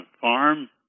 farm